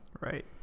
Right